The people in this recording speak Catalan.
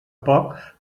poc